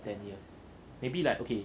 maybe like okay